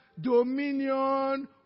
dominion